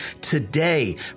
Today